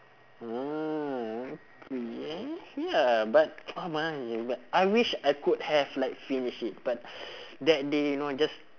ah okay ya but oh my but I wish I could have like finish it but that day you know just